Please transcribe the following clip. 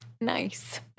Nice